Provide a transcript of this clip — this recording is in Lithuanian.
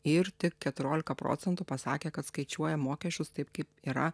ir tik keturiolika procentų pasakė kad skaičiuoja mokesčius taip kaip yra